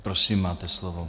Prosím, máte slovo.